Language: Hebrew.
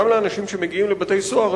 גם לאנשים שמגיעים לבתי-סוהר,